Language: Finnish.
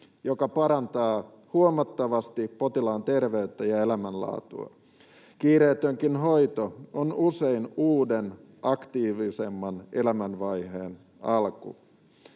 se parantaa huomattavasti potilaan terveyttä ja elämänlaatua. Kiireetönkin hoito on usein uuden, aktiivisemman elämänvaiheen alku.